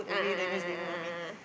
a'ah a'ah a'ah a'ah